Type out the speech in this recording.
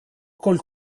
col